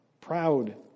proud